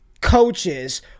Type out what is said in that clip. coaches